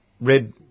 red